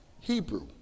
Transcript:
Hebrew